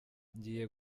njyiye